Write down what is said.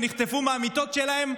שנחטפו מהמיטות שלהם,